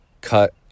cut